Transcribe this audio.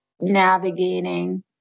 navigating